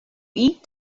eat